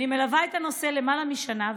אני מלווה את הנושא למעלה משנה,